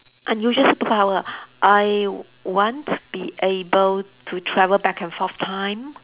unusual superpower ah I want to be able to travel back and forth time